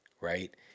right